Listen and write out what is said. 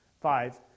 five